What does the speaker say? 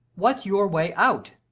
what's your way out?